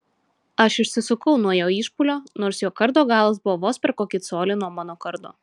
aš išsisukau nuo jo išpuolio nors jo kardo galas buvo vos per kokį colį nuo mano kardo